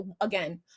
again